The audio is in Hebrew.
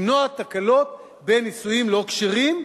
למנוע תקלות של נישואים לא כשרים,